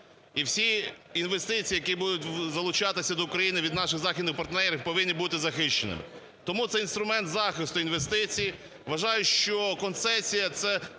І всі інвестиції, які будуть залучатися до України від наших західних партнерів, повинні бути захищеними. Тому це інструмент захисту інвестицій. Вважаю, що концесія – це